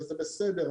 וזה בסדר,